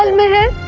ah mirror.